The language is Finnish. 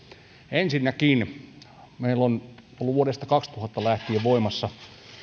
ensinnäkin meillä on ollut vuodesta kaksituhatta lähtien voimassa